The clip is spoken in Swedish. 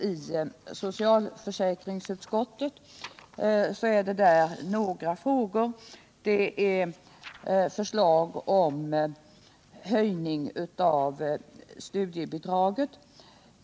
I socialförsäkringsutskottets betänkande behandlas förslag om höjning av studiebidraget.